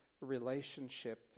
relationship